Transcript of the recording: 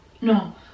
no